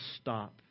stop